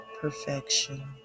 perfection